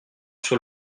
sur